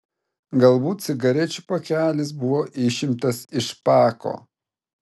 galbūt cigarečių pakelis buvo išimtas iš pako